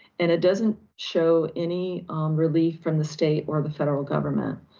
and it doesn't show any relief from the state or the federal government.